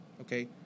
okay